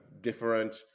different